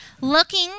looking